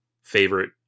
favorite